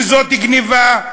שזאת גנבה,